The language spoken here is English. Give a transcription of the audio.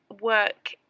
work